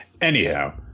Anyhow